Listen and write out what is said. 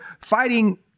fighting